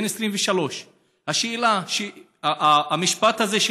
הוא היה בן 23. השאלה: המשפט הזה,